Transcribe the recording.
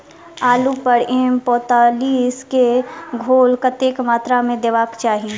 आलु पर एम पैंतालीस केँ घोल कतेक मात्रा मे देबाक चाहि?